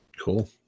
Cool